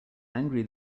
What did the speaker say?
angry